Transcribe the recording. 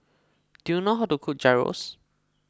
do you know how to cook Gyros